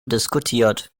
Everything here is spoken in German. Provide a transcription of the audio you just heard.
diskutiert